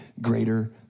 greater